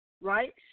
right